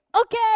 okay